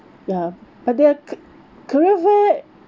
ya but they are ca~ career fair